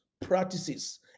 practices